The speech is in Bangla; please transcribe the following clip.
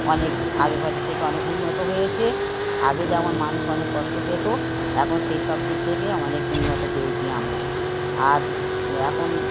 অনেক আগেকারের থেকে অনেক উন্নত হয়েছে আগে যেমন মানুষ অনেক কষ্ট পেত এখন সেই সব দিক থেকে অনেক উন্নত পেয়েছি আমরা আর এখন